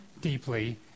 deeply